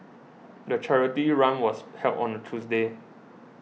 the charity run was held on a Tuesday